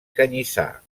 canyissar